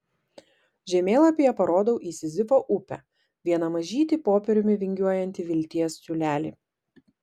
žemėlapyje parodau į sizifo upę vieną mažytį popieriumi vingiuojantį vilties siūlelį